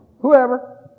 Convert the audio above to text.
whoever